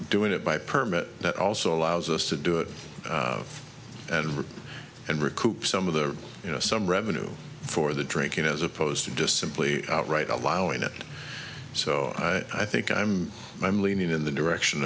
doing it by permit it also allows us to do it and right and recoup some of the you know some revenue for the drinking as opposed to just simply outright allowing it so i think i'm i'm leaning in the direction